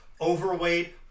overweight